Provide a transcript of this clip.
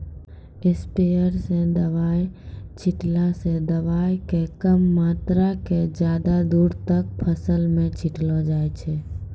sprayer स दवाय छींटला स दवाय के कम मात्रा क ज्यादा दूर तक फसल मॅ छिटलो जाय छै